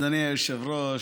אדוני היושב-ראש,